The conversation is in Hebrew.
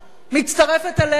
מצטרפת אליהם,